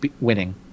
winning